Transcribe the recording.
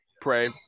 Pray